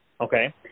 Okay